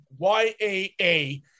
YAA